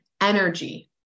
energy